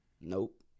Nope